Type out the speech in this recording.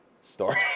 Story